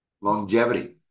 longevity